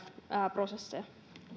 prosesseja